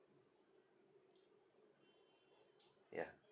yeah